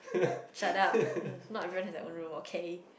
shut up um not everyone has their own room okay